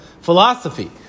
philosophy